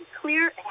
clear